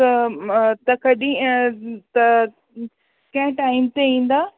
त त कॾहिं त कंहिं टाइम ते ईंदा